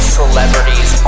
celebrities